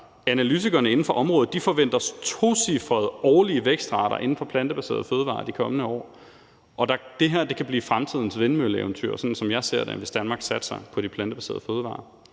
analytikerne inden for området forventer tocifrede årlige vækstrater inden for plantebaserede fødevarer de kommende år, og det her kan blive fremtidens vindmølleeventyr, sådan som jeg ser det, hvis Danmark satser på de plantebaserede fødevarer.